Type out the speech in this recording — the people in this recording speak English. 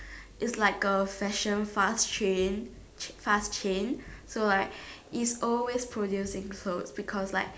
it's like a fashion fast chain fast chain so like it's always producing clothes because like